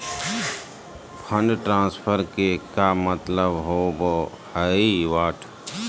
Fund transfer के का मतलब होव हई?